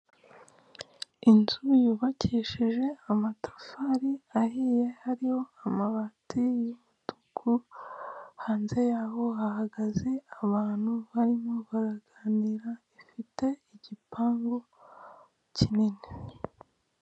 Inzu yubakijishe amatafara ahiye, hariho amabati y'umutuku, hanze yaho hahagaze abantu barimo baraganira, ifite igipangu kinini.